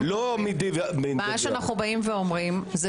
אנו אומרים,